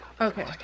Okay